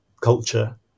culture